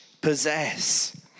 possess